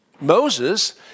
Moses